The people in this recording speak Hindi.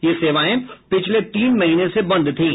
ये सेवाएं पिछले तीन महीने से बंद थीं